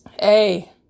hey